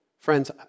Friends